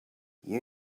you